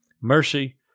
mercy